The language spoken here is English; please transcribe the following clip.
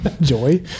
Joy